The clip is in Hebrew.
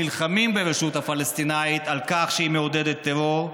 נלחמים ברשות הפלסטינית על כך שהיא מעודדת טרור,